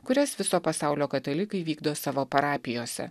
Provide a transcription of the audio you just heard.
kurias viso pasaulio katalikai vykdo savo parapijose